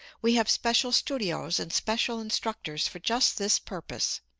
we have special studios and special instructors for just this purpose.